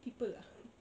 people ah